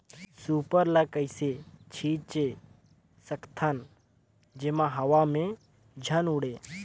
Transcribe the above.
Super ल कइसे छीचे सकथन जेमा हवा मे झन उड़े?